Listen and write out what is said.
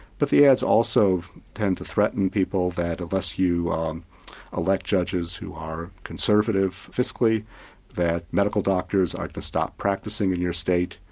but the ads also tend to threaten people that unless you elect judges who are conservative fiscally that medical doctors ought to stop practising in your state,